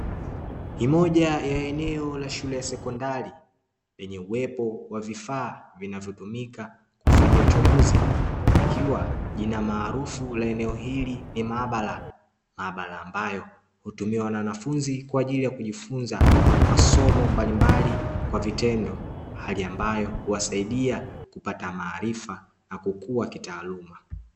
Ni moja ya eneo la shule ya sekondari lenye uwepo wa vifaa vinavyotumika kufanyia uchunguzi ikiwa jina maarufu la eneo hili ni maabara; maabara ambayo hutumiwa na wanafunzi kwa ajili ya kujifunza masomo mbalimbali kwa vitendo, hali ambayo huwasaidia kupata maarifa na kukua kitaaluma.